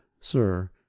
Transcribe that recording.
Sir